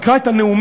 תקרא את הנאומים,